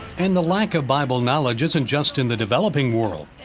and the lack of bible knowledge isn't just in the developing world.